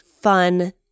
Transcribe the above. fun